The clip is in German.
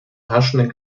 herrschenden